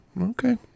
Okay